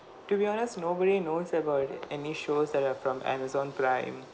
to be honest nobody knows about any shows that are from amazon prime